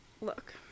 Look